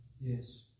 Yes